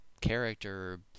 character